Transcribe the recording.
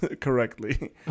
correctly